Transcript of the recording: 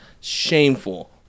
Shameful